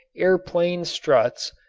air-plane struts,